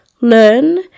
Learn